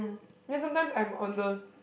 then sometimes I'm on the